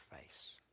face